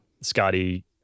Scotty